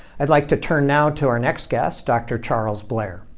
i'd like to turn now to our next guest, dr. charles blair.